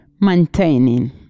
maintaining